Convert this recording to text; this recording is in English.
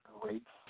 grateful